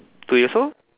two years old